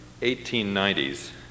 1890s